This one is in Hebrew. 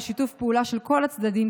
בשיתוף פעולה של כל הצדדים,